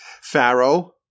Pharaoh